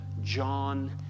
John